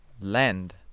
land